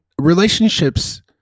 relationships